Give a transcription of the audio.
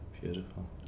Beautiful